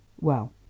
Well